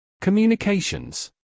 Communications